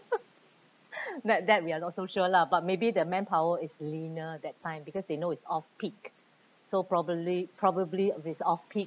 that that we are not so sure lah but maybe their manpower is leaner that time because they know it's off peak so probably probably is it's off peak